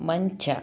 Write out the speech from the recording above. ಮಂಚ